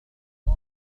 توم